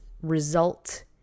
result